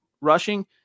Rushing